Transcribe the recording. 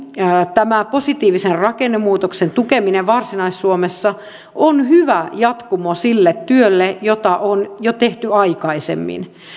tämä positiivisen rakennemuutoksen tukeminen varsinais suomessa on hyvä jatkumo sille työlle jota on jo tehty aikaisemmin